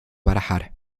barajar